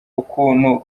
ukuntu